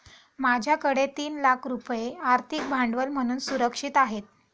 माझ्याकडे तीन लाख रुपये आर्थिक भांडवल म्हणून सुरक्षित आहेत